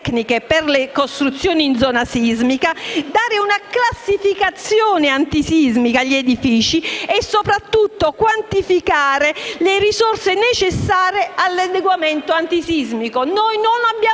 per le costruzioni in zone sismiche, una classificazione antisismica agli edifici e, soprattutto, quantificare le risorse necessarie all'adeguamento antisismico.